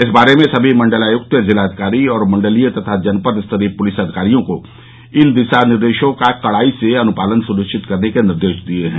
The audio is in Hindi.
इस बारे में सभी मंडलायुक्त जिलाधिकारी और मंडलीय तथा जनपद स्तरीय पुलिस अधिकारियों को इन दिशा निर्देशों का कड़ाई से अनुपालन सुनिश्चित करने के निर्देश दिये गये हैं